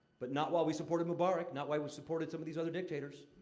but not while we supported mubarak, not while we supported some of these other dictators.